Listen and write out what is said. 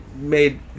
made